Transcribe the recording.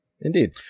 indeed